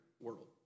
world